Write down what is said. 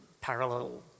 parallel